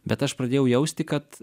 bet aš pradėjau jausti kad